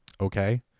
okay